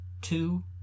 two